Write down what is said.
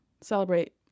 celebrate